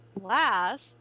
Last